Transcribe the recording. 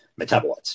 metabolites